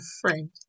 friend